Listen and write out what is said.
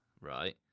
right